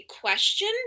question